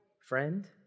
friend